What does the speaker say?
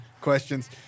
questions